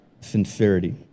sincerity